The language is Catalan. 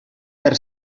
per